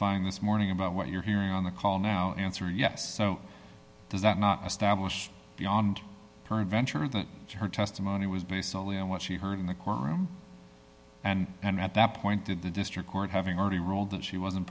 ying this morning about what you're hearing on the call now answer yes does that not establish beyond peradventure that her testimony was based solely on what she heard in the courtroom and then at that point did the district court having already ruled that she wasn't